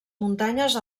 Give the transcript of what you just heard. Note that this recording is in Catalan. muntanyes